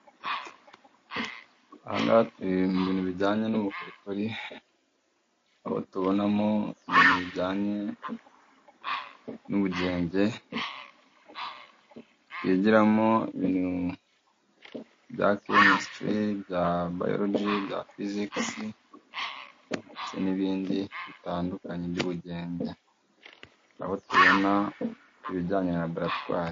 Ahangaha turi mu bintu bijyanye n'ubukorikori, aho tubonamo ibintu bijyanye n'ubugenge, twigiramo ibintu bya chemistry, bya biology, bya physics, ndetse n'ibindi bitandukanye by'ubugenge, aho tubona ibijyanye na labaratoire.